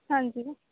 ਹਾਂਜੀ